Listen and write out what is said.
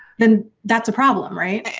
then that's a problem, right.